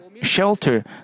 shelter